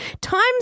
Times